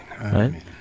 Right